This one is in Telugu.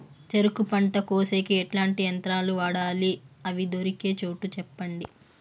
చెరుకు పంట కోసేకి ఎట్లాంటి యంత్రాలు వాడాలి? అవి దొరికే చోటు చెప్పండి?